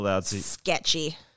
sketchy